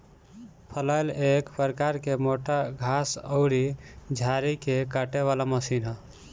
फलैल एक प्रकार के मोटा घास अउरी झाड़ी के काटे वाला मशीन ह